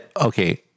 okay